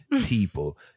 people